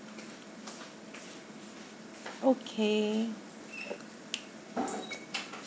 okay